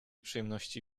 przyjemności